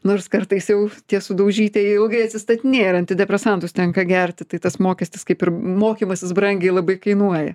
nors kartais jau tie sudaužytieji ilgai atsistatinėja ir antidepresantus tenka gerti tai tas mokestis kaip ir mokymasis brangiai labai kainuoja